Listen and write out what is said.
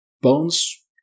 Bones